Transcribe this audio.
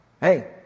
hey